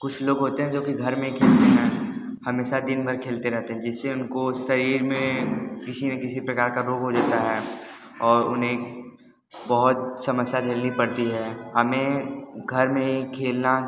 कुछ लोग होते हैं जो कि घर में खेलते हैं हमेशा दिन भर खेलते रहते हैं जिससे उनको शरीर में किसी न किसी प्रकार का रोग हो जाता है और उन्हें बहोत समस्या झेलनी पड़ती है हमे घर में खेलना